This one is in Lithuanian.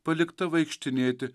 palikta vaikštinėti